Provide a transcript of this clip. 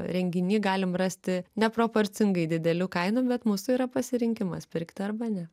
renginį galim rasti neproporcingai didelių kainų bet mūsų yra pasirinkimas pirkti arba ne